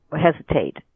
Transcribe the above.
hesitate